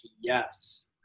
yes